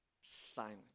silent